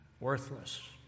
Worthless